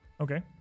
Okay